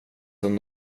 som